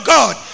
God